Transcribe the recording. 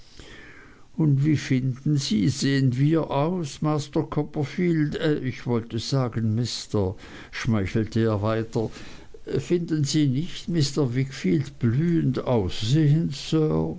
und wie finden sie sehen wir aus master copperfield ich wollte sagen mister schmeichelte er weiter finden sie nicht mr wickfield blühend aussehend